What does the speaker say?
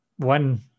one